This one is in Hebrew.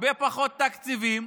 הרבה פחות תקציבים,